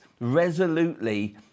resolutely